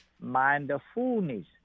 mindfulness